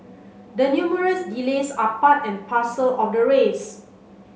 the numerous delays are part and parcel of the race